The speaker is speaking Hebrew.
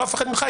לא אפחד ממך.